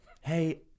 Hey